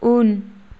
उन